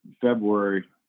February